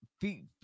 feet